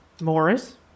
Morris